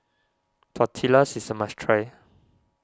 Tortillas is a must try